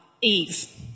Eve